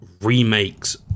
remakes